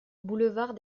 boulevard